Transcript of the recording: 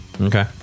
Okay